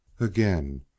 again